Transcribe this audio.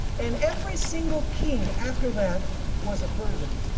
and every single king after that was a persian.